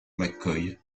mccoy